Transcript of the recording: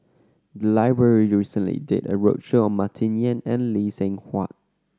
the library recently did a roadshow on Martin Yan and Lee Seng Huat